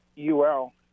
ul